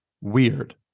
weird